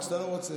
הסמכות.